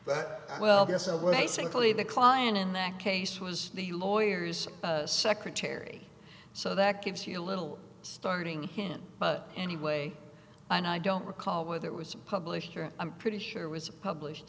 but well there's a way simply the client in that case was the lawyers secretary so that gives you a little starting hint but anyway and i don't recall whether it was a publisher i'm pretty sure was a published